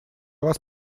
вас